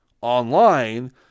online